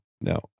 No